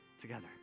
together